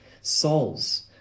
Souls